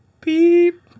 beep